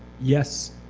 yes,